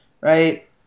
right